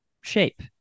shape